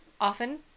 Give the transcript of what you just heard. often